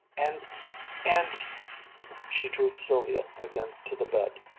and and she drew sylvia again to the bed,